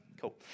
cool